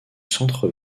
centre